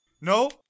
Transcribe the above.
No